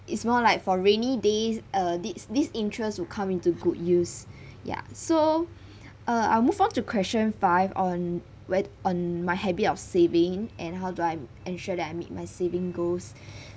it's more like for rainy days uh this this interest would come into good use ya so uh I'll move on to question five on where on my habit of saving and how do I ensure that I meet my saving goals